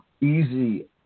easy